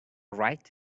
right